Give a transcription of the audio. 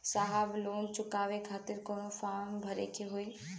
साहब लोन चुकावे खातिर कवनो फार्म भी भरे के होइ?